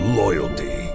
loyalty